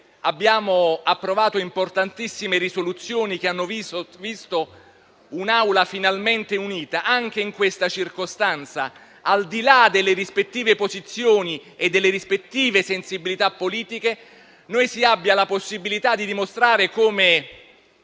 abbiamo approvato importantissime risoluzioni che hanno visto un'Assemblea finalmente unita, anche in questa circostanza, al di là delle rispettive posizioni e sensibilità politiche, abbiamo la possibilità di dimostrare come